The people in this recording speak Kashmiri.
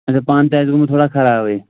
اچھا پانہٕ تہِ آسہِ گومُت تھوڑا خرابٕے